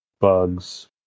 bugs